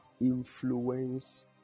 influence